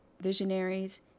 visionaries